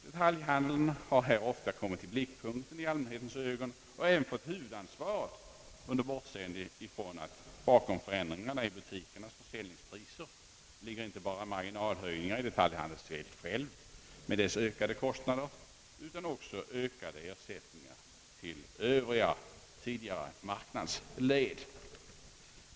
Detaljhandeln har här ofta kommit i blickpunkten för allmänhetens intresse och även fått huvudansvaret, under bortseende från att bakom förändringarna i butikernas försäljningspriser ligger inte bara marginalhöjningar i själva detaljhandelsledet med dess ökade kostnader utan också ersättningar till Öövriga tidigare marknadsled.